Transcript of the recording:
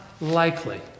likely